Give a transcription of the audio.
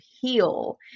heal